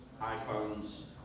iPhones